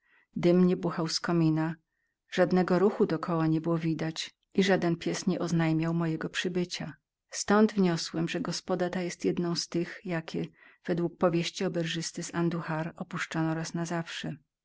nie buchał z komina żadnego ruchu dokoła nie było widać i żaden pies nieoznajmiał mojego przybycia ztąd wniosłem że gospoda ta była jedną z tych jakie według powieści oberżysty z anduhar opuszczono raz na zawsze